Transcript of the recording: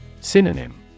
Synonym